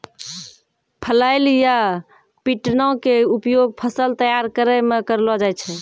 flail या पिटना के उपयोग फसल तैयार करै मॅ करलो जाय छै